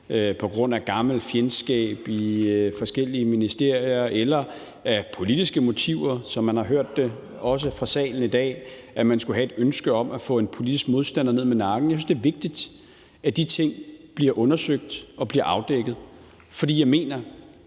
på grund af gammelt fjendskab i forskellige ministerier eller på grund af politiske motiver, som man har hørt det også fra salen i dag – skulle have et ønske om at få en politisk modstander ned med nakken. Jeg synes, det er vigtigt, at de ting bliver undersøgt og bliver afdækket, for jeg mener,